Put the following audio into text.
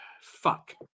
Fuck